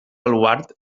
baluard